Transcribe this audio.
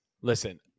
Listen